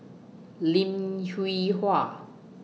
Lim Hwee Hua